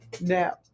now